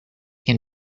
can